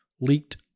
leaked